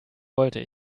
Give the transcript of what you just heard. wollte